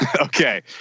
Okay